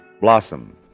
Blossom